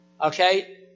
Okay